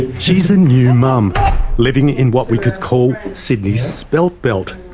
she's a new mum living in what we could call sydney's spelt belt,